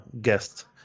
guest